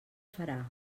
farà